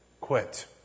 Quit